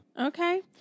Okay